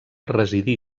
residí